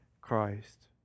Christ